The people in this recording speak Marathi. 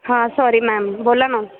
हां सॉरी मॅम बोला मॅम